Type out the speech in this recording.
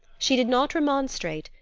she did not remonstrate,